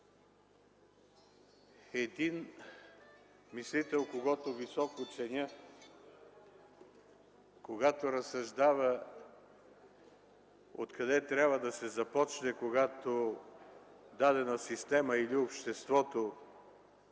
Един мислител, когото високо ценя, когато разсъждава откъде трябва да се започне, когато дадена система или обществото